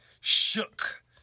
shook